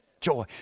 joy